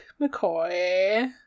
McCoy